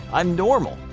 i'm normal!